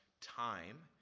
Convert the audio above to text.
time